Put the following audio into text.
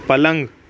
پلنگ